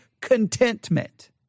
contentment